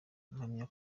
mpamya